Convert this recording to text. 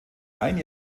ein